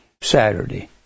saturday